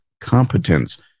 competence